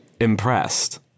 impressed